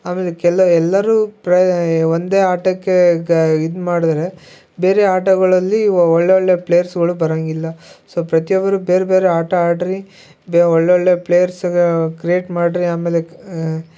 ಆಮೇಲೆ ಕೆಲವು ಎಲ್ಲರೂ ಪ್ರ ಒಂದೇ ಆಟಕ್ಕೆ ಇದ್ಮಾಡದ್ರೆ ಬೇರೆ ಆಟಗಳಲ್ಲಿ ವ ಒಳ್ಳೊಳ್ಳೆಯ ಪ್ಲೇಯರ್ಸ್ಗಳು ಬರಂಗಿಲ್ಲ ಸೊ ಪ್ರತಿಯೊಬ್ಬರು ಬೇರೆ ಬೇರೆ ಆಟ ಆಡಿರಿ ಬೆ ಒಳ್ಳೊಳ್ಳೆಯ ಪ್ಲೇಯರ್ಸ್ ಕ್ರಿಯೇಟ್ ಮಾಡಿರಿ ಆಮೇಲೆ ಆ